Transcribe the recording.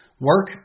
Work